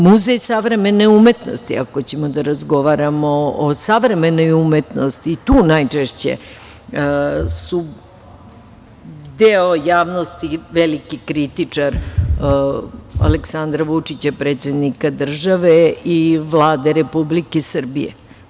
Muzej savremene umetnosti, ako ćemo da razgovaramo o savremenoj umetnosti, i tu najčešće su deo javnosti veliki kritičar Aleksandra Vučića, predsednika države i Vlade Republike Srbije.